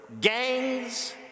gangs